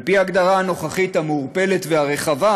על-פי ההגדרה הנוכחית, המעורפלת והרחבה,